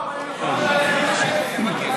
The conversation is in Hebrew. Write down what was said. לא, אבל הם יכולים ללכת לכלא, לבקר.